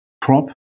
crop